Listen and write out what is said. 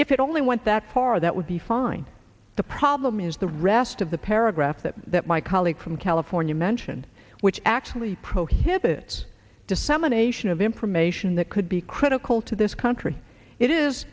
if it only went that far that would be fine the problem is the rest of the paragraph that that my colleague from california mentioned which actually prohibits dissemination of information that could be critical to this country it is